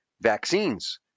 vaccines